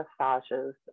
massages